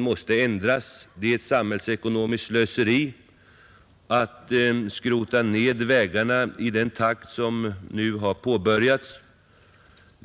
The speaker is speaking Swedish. måste ändras. Det är samhällsekonomiskt slöseri att skrota ner vägarna i den takt som nu påbörjats.